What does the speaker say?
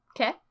Okay